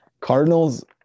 Cardinals